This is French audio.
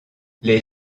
les